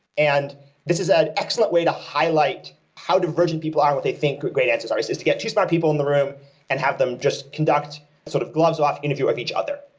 and this is an excellent way to highlight how divergent people are what they think great answers are. it's to get two smart people in the room and have them just conduct sort of gloves off interview of each other.